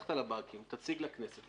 שהמפקחת על הבנקים תציג לכנסת,